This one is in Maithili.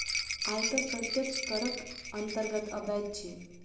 आयकर प्रत्यक्ष करक अन्तर्गत अबैत अछि